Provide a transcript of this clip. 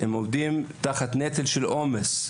כורעים תחת הנטל והעומס.